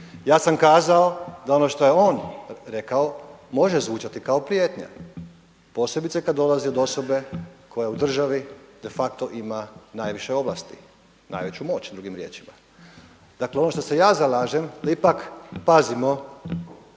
ja sam kazao da ono što je on rekao može zvučati kao prijetnja posebice kad dolazi od osobe koja je u državi de facto ima najviše ovlasti, najveću moć drugim riječima. Dakle ono što se ja zalažem da ipak pazimo